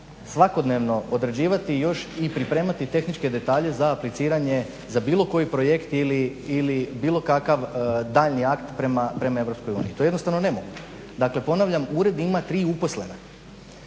svakodnevno odrađivati još i pripremati tehničke detalje za apliciranje za bilo koji projekt ili bilo kakav daljnji akt prema EU? To je jednostavno nemoguće. Dakle ponavljam ured ima tri uposlena.